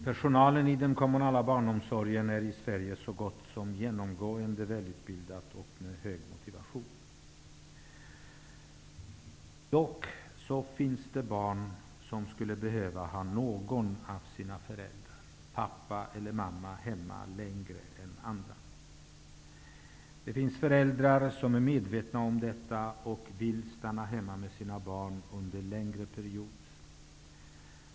Personalen i den kommunala barnomsorgen är i Sverige så gott som genomgående välutbildad och har en stark motivation. Dock finns det barn som skulle behöva ha någon av sina föräldrar, pappa eller mamma, hemma längre än andra. Det finns föräldrar som är medvetna om detta och vill stanna hemma med sina barn under en längre period.